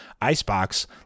Icebox